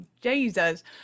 Jesus